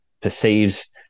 perceives